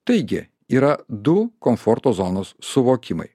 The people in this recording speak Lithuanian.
taigi yra du komforto zonos suvokimai